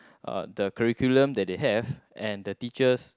uh the curriculum that they have and the teachers